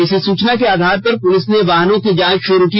इसी सूचना के आधार पर पुलिस ने वाहनों की जांच शुरू की